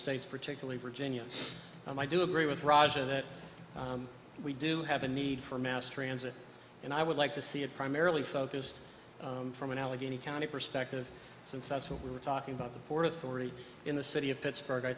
states particularly virginia and i do agree with roger that we do have a need for mass transit and i would like to see it primarily focused from an allegheny county perspective since that's what we were talking about the port authority in the city of pittsburgh i